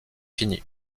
fini